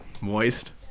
Moist